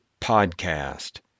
podcast